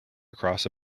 across